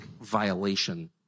violation